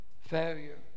Failure